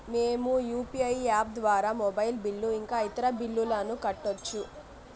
మేము UPI app ద్వారా mobile bill ఇంకా ఇతర బిల్లులను కట్టొచ్చు